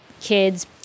kids